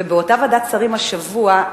ובאותה ועדת שרים השבוע,